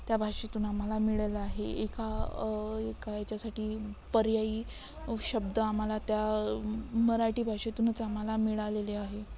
त्या भाषेतून आम्हाला मिळालेलं आहे एका एका याच्यासाठी पर्यायी शब्द आम्हाला त्या मराठी भाषेतूनच आम्हाला मिळालेले आहे